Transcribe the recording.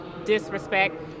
disrespect